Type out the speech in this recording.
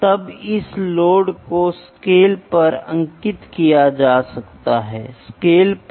अगला एक त्वचा की सॉफ्टनेस होने जा रही है ठीक है